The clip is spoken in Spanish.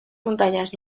montañas